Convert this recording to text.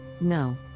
no